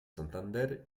santander